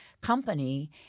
company